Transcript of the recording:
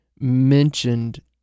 mentioned